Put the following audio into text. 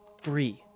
free